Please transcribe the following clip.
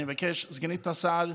אני מבקש, סגנית השר,